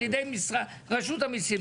על ידי רשות המסים,